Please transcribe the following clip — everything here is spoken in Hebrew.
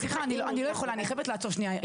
סליחה, אני לא יכולה ואני חייבת לעצור שנייה.